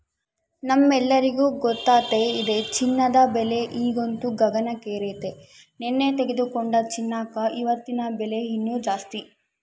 ನಮ್ಮೆಲ್ಲರಿಗೂ ಗೊತ್ತತೆ ಇದೆ ಚಿನ್ನದ ಬೆಲೆ ಈಗಂತೂ ಗಗನಕ್ಕೇರೆತೆ, ನೆನ್ನೆ ತೆಗೆದುಕೊಂಡ ಚಿನ್ನಕ ಇವತ್ತಿನ ಬೆಲೆ ಇನ್ನು ಜಾಸ್ತಿ